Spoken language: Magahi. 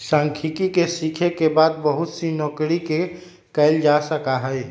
सांख्यिकी के सीखे के बाद बहुत सी नौकरि के कइल जा सका हई